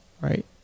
right